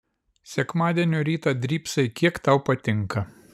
sekmadienio rytą drybsai kiek tau patinka